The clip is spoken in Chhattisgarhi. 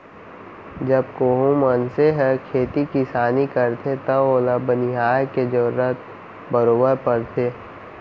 जब कोहूं मनसे ह खेती किसानी करथे तव ओला बनिहार के जरूरत बरोबर परथे